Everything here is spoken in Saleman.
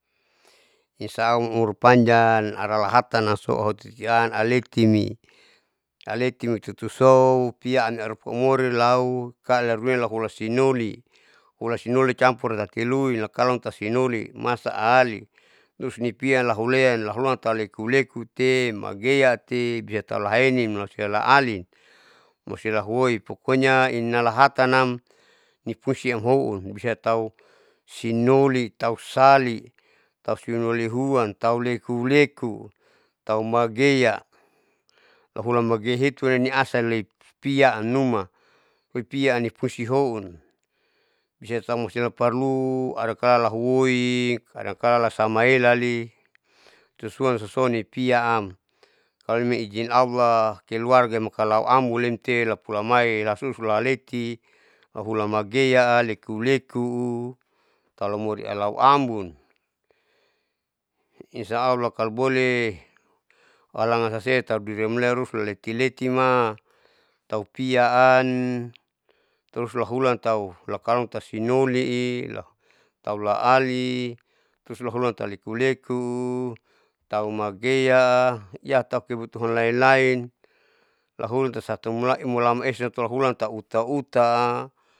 Insaau umurpanjang aralahatan namso potosian aletin, aletin hututusou piamiluropu morin lau kalahuman lahulasinoli, hula sinoli camour tati luin lakalomtati sinoli masa ali terus nipian lahulean lahuluan tauleku leku te, magea tebisatau lahaenoin humalusia laali malusialahuoin pokoknya inalahatanam nipungsi amhoun bisatau sinoli tausali tahu sinolihuan tahu lekuleku taumagea mahulan magea hitunem niasa loi piaamnuma, piaam nipungsi houn jadi taulamalusia parlu adakala lahuoin adangkala lasamaelali susuan nipiaam kalome ijin alllah, keluarga makalau ambonlemte lapulamai lasus laleti auhula magea likoleko kalo mori alau ambon, insya allah kalo boleh alangan sasela taudurian lerus lileti leti matau piaam tarus lahulan tahu kalo tasinoliii taula laali terus lahun talilekuleku tahu magea iya taukebutuhan lain lain lahulan tasaumulai lam esa tolohulan tauta uta.